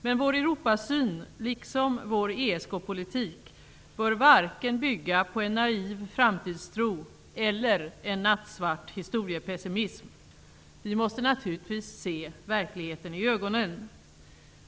Men vår Europasyn liksom vår ESK-politik bör varken bygga på en naiv framtidstro eller en nattsvart historiepessimism. Vi måste naturligtvis se verkligheten i ögonen.